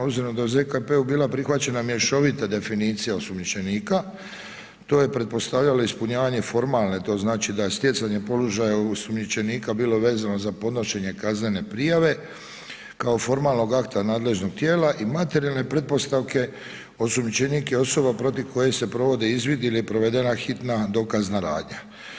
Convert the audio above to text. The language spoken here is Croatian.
Obzirom da je u ZKP-u bila prihvaćena mješovita definicija osumnjičenika, to je, pretpostavljalo ispunjavanje formalne, to znači da stjecanje položaja osumnjičenika bilo vezano za podnošenje kaznene prijave, kao formalnog akta nadležnog tijela i materijalne pretpostavke, osumnjičenik je osoba protiv koje se provode izvidi ili je provedena hitna dokazna radna.